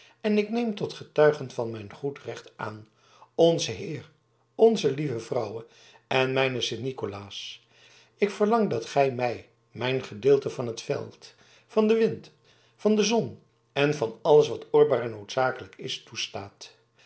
en ik neem tot getuigen van mijn goed recht aan onzen heere onze lieve vrouwe en mijn heere sint nikolaas ik verlang dat gij mij mijn gedeelte van het veld van den wind van de zon en van alles wat oorbaar en noodzakelijk is toestaat